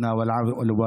השבח לאל.